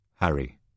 Harry